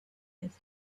his